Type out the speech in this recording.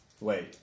Wait